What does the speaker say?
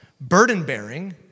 Burden-bearing